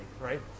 right